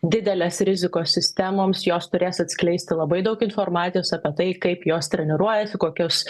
didelės rizikos sistemoms jos turės atskleisti labai daug informacijos apie tai kaip jos treniruojasi kokius